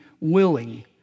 willing